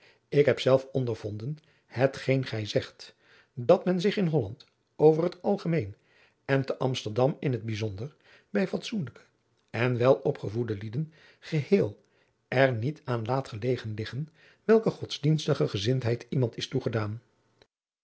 ik heb zelf ondervonden hetgeen gij zegt dat men zich in holland over her algemeen en te amsterdam in het bijzonder bij fatsoenlijke en welopgevoede lieden geheel er niet aan laat gelegen liggen welke godsdienstige gezindheid iemand is toegedaan